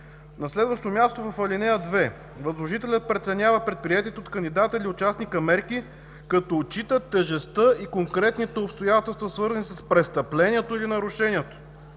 На следващо място – в ал. 2, възложителят преценява предприетите от кандидата или от частника мерки, като отчита тежестта и конкретните обстоятелства, свързани с престъплението или нарушението.